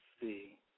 see